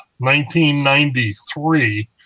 1993